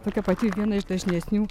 tokia pati viena iš dažnesnių